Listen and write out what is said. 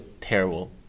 terrible